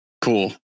cool